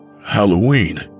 Halloween